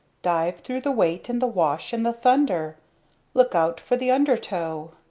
dive through the weight and the wash, and the thunder look out for the undertow!